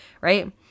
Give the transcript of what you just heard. Right